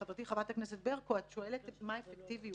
חברתי חברת הכנסת ברקו, את שואלת מה האפקטיביות.